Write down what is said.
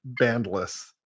bandless